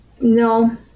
No